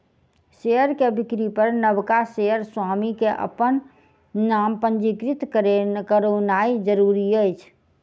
share के बिक्री पर नबका शेयर स्वामी के अपन नाम पंजीकृत करौनाइ जरूरी अछि